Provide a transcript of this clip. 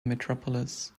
metropolis